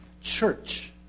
church